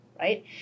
right